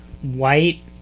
white